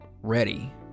ready